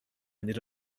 ended